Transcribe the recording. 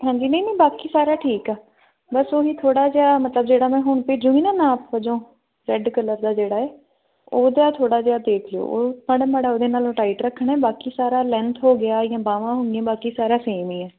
ਹਾਂਜੀ ਨਹੀਂ ਨਹੀਂ ਬਾਕੀ ਸਾਰਾ ਠੀਕ ਆ ਬਸ ਉਹੀ ਥੋੜ੍ਹਾ ਜਿਹਾ ਮਤਲਬ ਜਿਹੜਾ ਮੈਂ ਹੁਣ ਭੇਜੂਗੀ ਨਾ ਨਾਪ ਵਜੋਂ ਰੈਡ ਕਲਰ ਦਾ ਜਿਹੜਾ ਹੈ ਉਹਦਾ ਥੋੜ੍ਹਾ ਜਿਹਾ ਦੇਖ ਲਿਓ ਉਹ ਮਾੜਾ ਮਾੜਾ ਉਹਦੇ ਨਾਲੋਂ ਟਾਈਟ ਰੱਖਣਾ ਬਾਕੀ ਸਾਰਾ ਲੈਂਥ ਹੋ ਗਿਆ ਜਾਂ ਬਾਹਾਂ ਹੋ ਗਈਆਂ ਬਾਕੀ ਸਾਰਾ ਸੇਮ ਹੀ ਹੈ